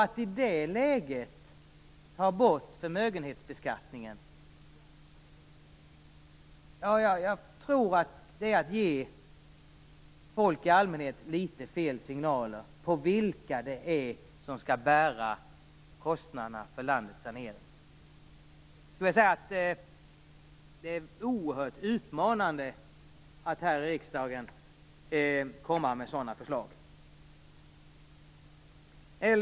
Att i det läget ta bort förmögenhetsbeskattningen är att ge folk i allmänhet fel signaler om vilka det är som skall bära kostnaderna för landets sanering. Det är oerhört utmanande att lägga fram sådana förslag inför riksdagen.